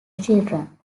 children